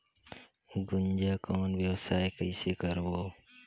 गुनजा कौन व्यवसाय कइसे करबो?